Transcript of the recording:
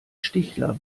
stichler